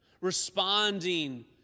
responding